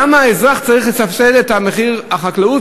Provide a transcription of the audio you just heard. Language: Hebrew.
למה האזרח צריך לסבסד את המחיר לחקלאות,